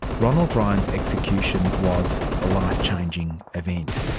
ronald ryan's execution was a life-changing event.